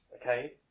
okay